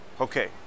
Okay